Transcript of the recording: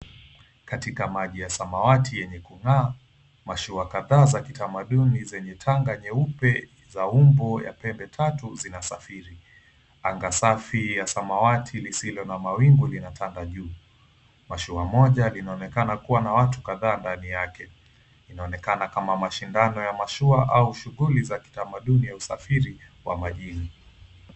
Katika maji ya samawati yenye kung'aa, mashua kadhaa za kitamaduni zenye tanga nyeupe za umbo ya pembe tatu zina safiri, anga safi ya samawati lisilo na mawingu lina tanda juu , mashua moja linaonekana kuwa na watu kadha ndani yake. Inaonekana kama mashindano ya mashua au shughuli za kitamaduni ya usafiri wa majini.